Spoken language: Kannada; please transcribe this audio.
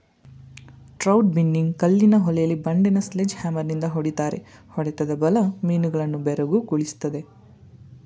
ಟ್ರೌಟ್ ಬಿನ್ನಿಂಗ್ ಕಲ್ಲಿನ ಹೊಳೆಲಿ ಬಂಡೆನ ಸ್ಲೆಡ್ಜ್ ಹ್ಯಾಮರ್ನಿಂದ ಹೊಡಿತಾರೆ ಹೊಡೆತದ ಬಲ ಮೀನುಗಳನ್ನು ಬೆರಗುಗೊಳಿಸ್ತದೆ